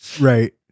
right